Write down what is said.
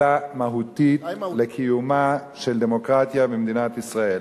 אלא מהותית לקיומה של דמוקרטיה במדינת ישראל.